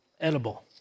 edible